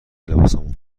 لباسمون